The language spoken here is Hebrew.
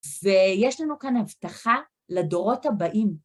ויש לנו כאן הבטחה לדורות הבאים.